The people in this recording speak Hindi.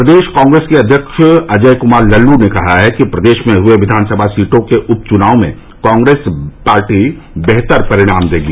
प्रदेश कांग्रेस के अध्यक्ष अजय कुमार लल्लू ने कहा है कि प्रदेश में हुए विधानसभा सीटों के उप चुनाव में कांग्रेस पार्टी बेहतर परिणाम देगी